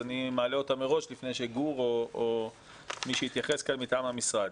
אני מעלה אותם מראש לפני שגור או מי שיתייחס כאן מטעם המשרד.